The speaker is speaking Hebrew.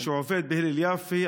שעובד בהלל יפה,